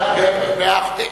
מאה אחוז.